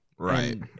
Right